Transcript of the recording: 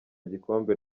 gikombe